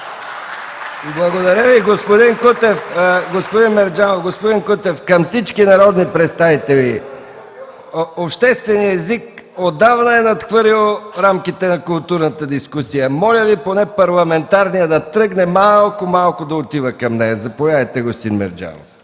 Благодаря Ви, господин Кутев. Господин Кутев, към всички народни представители – общественият език отдавна е надхвърлил рамките на културната дискусия. Моля Ви поне парламентарният да тръгне малко-малко да отива към нея. Заповядайте, господин Мерджанов.